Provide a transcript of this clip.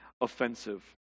offensive